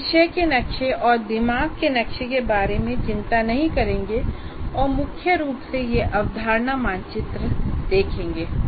हम विषय के नक्शे और दिमाग के नक्शे के बारे में चिंता नहीं करेंगे और मुख्य रूप से यहां अवधारणा मानचित्र देखेंगे